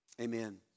amen